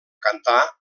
cantar